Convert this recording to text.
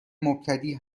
مبتدی